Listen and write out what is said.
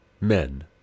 men